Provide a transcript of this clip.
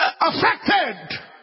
affected